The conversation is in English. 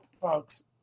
Folks